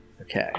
Okay